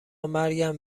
مرگم